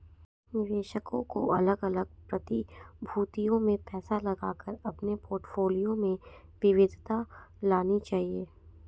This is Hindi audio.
निवेशकों को अलग अलग प्रतिभूतियों में पैसा लगाकर अपने पोर्टफोलियो में विविधता लानी चाहिए